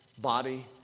Body